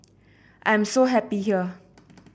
I am so happy here